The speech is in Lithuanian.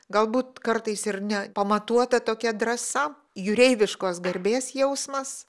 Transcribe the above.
galbūt kartais ir ne pamatuota tokia drąsa jūreiviškos garbės jausmas